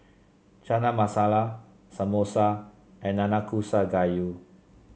Chana Masala Samosa and Nanakusa Gayu